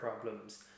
problems